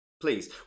Please